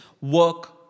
work